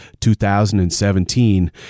2017